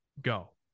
go